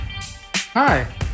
Hi